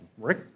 Rick